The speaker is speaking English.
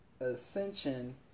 Ascension